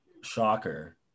Shocker